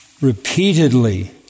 Repeatedly